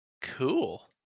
cool